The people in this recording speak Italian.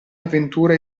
avventura